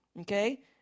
okay